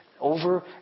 over